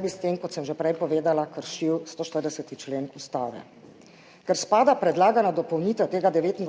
bi s tem, kot sem že prej povedala, kršil 140. člen Ustave. Ker spada predlagana dopolnitev tega 29.